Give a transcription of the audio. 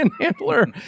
handler